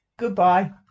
Goodbye